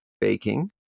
baking